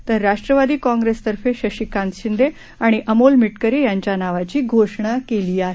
तर राष्ट्रवादी काँग्रेस तर्फे शशिकांत शिंदे आणि अमोल मिटकरी यांच्या नावाची घोषणा केली आहे